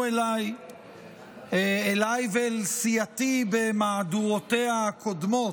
אליי ואל סיעתי במהדורותיה הקודמות,